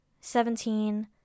Seventeen